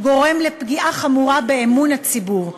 גורם לפגיעה חמורה באמון הציבור.